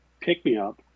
pick-me-up